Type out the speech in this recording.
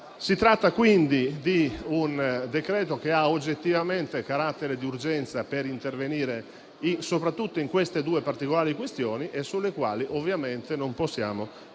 Si tratta quindi di un decreto-legge che ha oggettivamente carattere di urgenza per intervenire soprattutto in queste due particolari questioni, sulle quali ovviamente non possiamo che